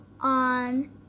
on